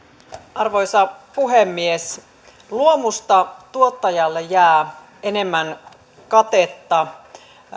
arvoisa puhemies luomusta tuottajalle jää enemmän katetta